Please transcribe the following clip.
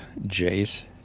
Jace